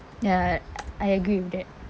ya I I agree with that